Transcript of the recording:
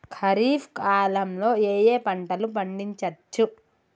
ఖరీఫ్ కాలంలో ఏ ఏ పంటలు పండించచ్చు?